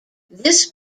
this